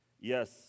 Yes